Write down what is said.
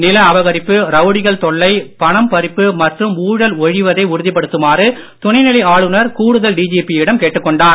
நில அபகரிப்பு ரவுடிகள் தொல்லை பணம் பறிப்பு மற்றும் ஊழல் ஒழிவதை உறுதிப்படுத்துமாறு துணைநிலை ஆளுநர் கூடுதல் டிஜிபியிடம் கேட்டுக் கொண்டார்